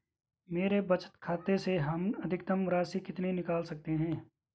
मेरे बचत खाते से हम अधिकतम राशि कितनी निकाल सकते हैं?